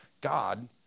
God